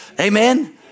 amen